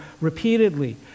repeatedly